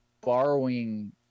borrowing